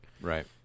Right